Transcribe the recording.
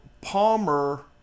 palmer